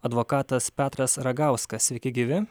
advokatas petras ragauskas sveiki gyvi